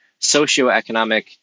socioeconomic